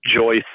joyce